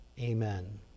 amen